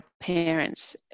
parents